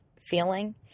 feeling